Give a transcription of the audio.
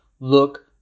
look